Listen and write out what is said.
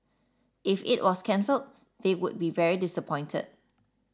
if it was cancelled they would be very disappointed